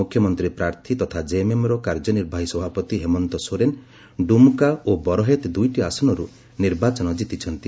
ମୁଖ୍ୟମନ୍ତ୍ରୀ ପ୍ରାର୍ଥୀ ତଥା ଜେଏମ୍ଏମ୍ର କାର୍ଯ୍ୟ ନିର୍ବାହୀ ସଭାପତି ହେମନ୍ତ ସୋରେନ ଡୁମକା ଓ ବରହେତ ଦୁଇଟି ଆସନରୁ ନିର୍ବାଚନ ଜିତିଛନ୍ତି